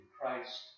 Christ